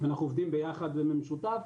אנחנו עובדים ביחד ובמשותף,